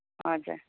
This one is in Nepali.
हजुर